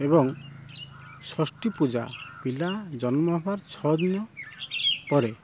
ଏବଂ ଷଷ୍ଠୀପୂଜା ପିଲା ଜନ୍ମ ହେବାର ଛଅ ଦିନ ପରେ